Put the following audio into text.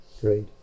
great